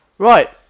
Right